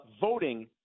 voting